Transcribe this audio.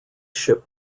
ship